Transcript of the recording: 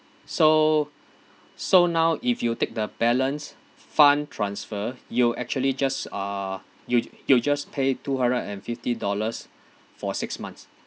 so so now if you take the balance fund transfer you actually just uh you you just pay two hundred and fifty dollars for six months